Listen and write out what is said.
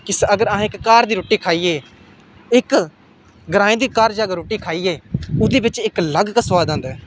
कि अगर अस इक घर दी रुट्टी खाइयै इक ग्राएं दी घर च अगर रुट्टी खाइयै ओह्दे बिच्च इक अलग गै सोआद औंदा ऐ